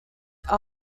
who